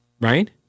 Right